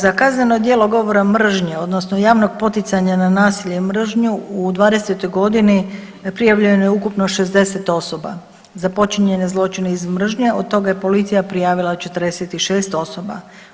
Za kazneno djelo govora mržnje odnosno javnog poticanja na nasilje i mržnju u '20. godini prijavljeno je ukupno 60 osoba za počinjene zločine iz mržnje od toga je policija prijavila 46 osoba.